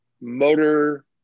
motor